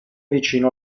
vicino